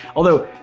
although,